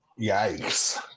Yikes